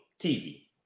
TV